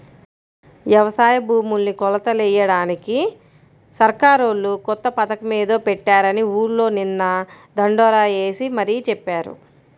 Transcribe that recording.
యవసాయ భూముల్ని కొలతలెయ్యడానికి సర్కారోళ్ళు కొత్త పథకమేదో పెట్టారని ఊర్లో నిన్న దండోరా యేసి మరీ చెప్పారు